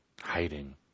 hiding